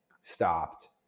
stopped